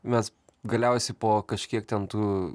mes galiausiai po kažkiek ten tų